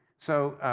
so,